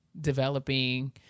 developing